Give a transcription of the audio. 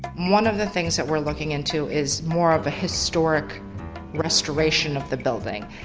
one of the things that we're looking into is more of a historic restoration of the building.